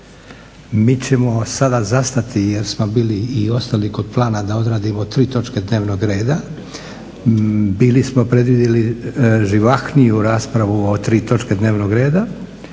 Mi ćemo sada zastati jer smo bili i ostali kod plana da odradimo tri točke dnevnog reda. Bili smo predvidjeli živahniju raspravu o tri točke dnevnog reda,